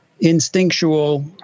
instinctual